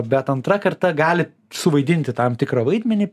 bet antra karta gali suvaidinti tam tikrą vaidmenį